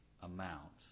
amount